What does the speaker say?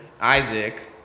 Isaac